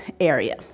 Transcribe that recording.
area